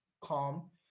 calm